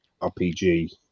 RPG